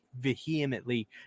vehemently